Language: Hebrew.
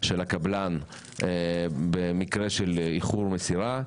של הקבלן במקרה של איחור במסירה,